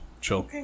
Chill